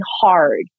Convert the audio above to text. hard